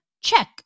check